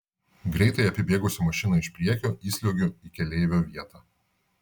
greitai apibėgusi mašiną iš priekio įsliuogiu į keleivio vietą